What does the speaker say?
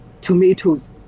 tomatoes